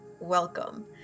welcome